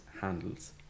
handles